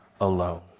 alone